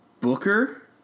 Booker